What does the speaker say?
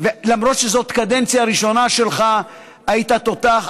למרות שזאת קדנציה ראשונה שלך היית תותח,